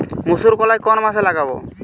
মুসুরকলাই কোন মাসে লাগাব?